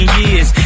years